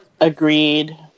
Agreed